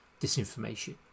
disinformation